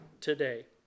today